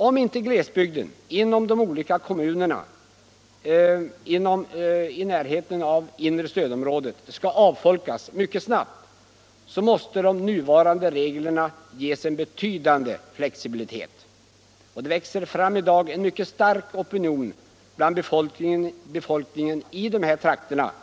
Om inte de olika kommunerna i glesbygden skall avfolkas mycket snabbt måste de nuvarande reglerna ges en betydande flexibilitet. Det växer i dag bland befolkningen i dessa trakter fram en mycket stark opinion